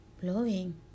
blowing